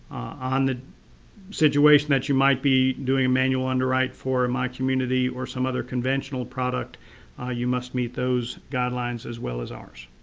on the situation that you might be doing a manual underwrite for my community or some other conventional product you must meet those guidelines as well as ours.